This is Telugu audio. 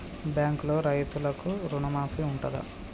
బ్యాంకులో రైతులకు రుణమాఫీ ఉంటదా?